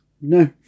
No